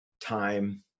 time